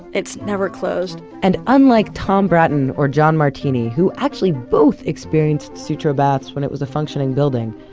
it's never closed and unlike tom bratton, or john martini, who actually both experienced sutro baths when it was a functioning building,